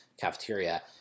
cafeteria